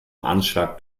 anschlag